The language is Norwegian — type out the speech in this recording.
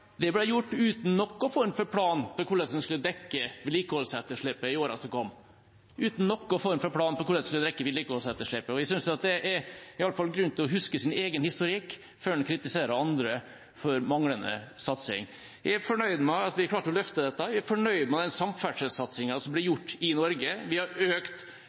ble gjort uten noen form for plan for hvordan en skulle dekke vedlikeholdsetterslepet i årene som kom, uten noen form for plan for hvordan en skulle dekke vedlikeholdsetterslepet. Jeg synes det i alle fall er grunn til å huske sin egen historikk før en kritiserer andre for manglende satsing. Jeg er fornøyd med at vi klarte å løfte dette, og jeg er fornøyd med samferdselssatsingen som blir gjort i Norge. Vi har økt